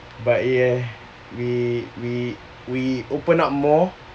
but ya we we we open up more